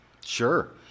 Sure